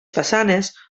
façanes